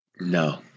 No